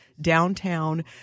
downtown